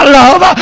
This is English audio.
love